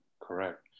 correct